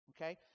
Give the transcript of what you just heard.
Okay